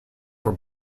were